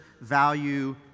value